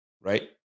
right